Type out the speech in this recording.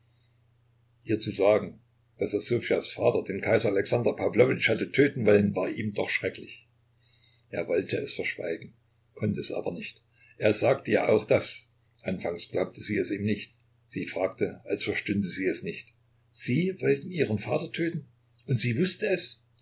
ihr zu sagen daß er ssofjas vater den kaiser alexander pawlowitsch hatte töten wollen war ihm doch schrecklich er wollte es verschweigen konnte es aber nicht er sagte ihr auch das anfangs glaubte sie es ihm nicht sie fragte als verstünde sie es nicht sie wollten ihren vater töten und sie wußte es